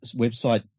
website